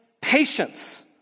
patience